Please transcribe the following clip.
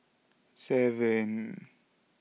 seven